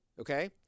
Okay